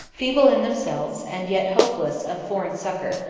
feeble in themselves, and yet hopeless of foreign succor,